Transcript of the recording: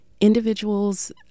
individuals